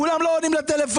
כולם לא עונים לטלפונים.